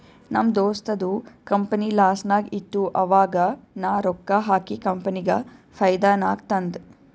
ನಮ್ ದೋಸ್ತದು ಕಂಪನಿ ಲಾಸ್ನಾಗ್ ಇತ್ತು ಆವಾಗ ನಾ ರೊಕ್ಕಾ ಹಾಕಿ ಕಂಪನಿಗ ಫೈದಾ ನಾಗ್ ತಂದ್